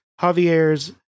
Javier's